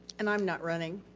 and i'm not running.